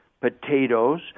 potatoes